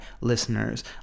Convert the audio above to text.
listeners